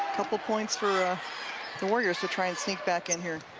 couple of points for the warriors to try and sneak back in here.